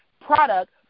product